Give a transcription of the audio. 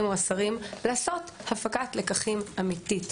או השרים לעשות הפקת לקחים אמיתית,